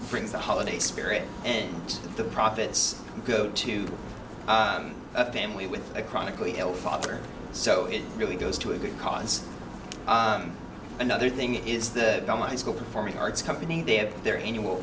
brings the holiday spirit and the profits go to a family with a chronically ill father so it really goes to a good cause another thing is the my school performing arts company they have their annual